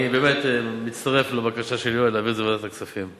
אני באמת מצטרף לבקשה של יואל להעביר את זה לוועדת הכספים.